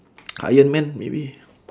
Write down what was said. iron man maybe